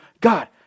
God